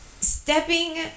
stepping